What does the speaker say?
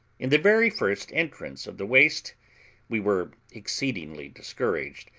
in the very first entrance of the waste we were exceedingly discouraged,